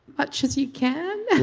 much as you can